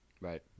Right